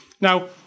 Now